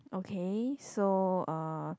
okay so uh